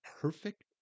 perfect